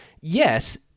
yes